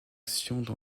distinction